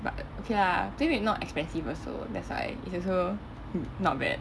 but okay lah playmade not expensive also that's why it's also not bad